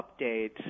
update